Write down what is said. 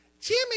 jimmy